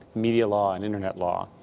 media law, and internet law.